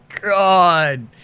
God